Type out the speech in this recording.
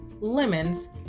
Lemons